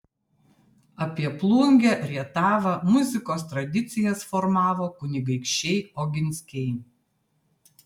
apie plungę rietavą muzikos tradicijas formavo kunigaikščiai oginskiai